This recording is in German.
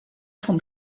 von